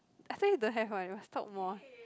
I tell you don't have one you must talk more